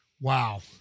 Wow